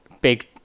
big